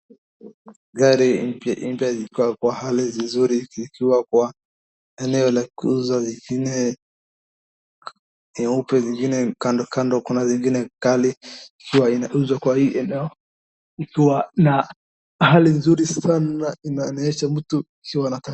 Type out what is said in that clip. gari mpya mpya ikiwa kwa hali nzuri ikiwa kwa eneo la kuuza nyingine nyeupe nyingine kandokando kuna zingine kali huwa inauzwa kwa hii eneo ikiwa na hali nzuri sana inaendesha mtu akiwa anataka